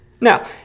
Now